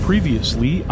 previously